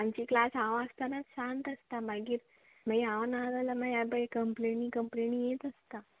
आमची क्लास हांव आसतना शांत आसता मागीर मागीर हांव ना जाल्यार मागीर हे एबय कंप्लेनी कंप्लेनी येत आसता